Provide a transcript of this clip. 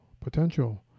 potential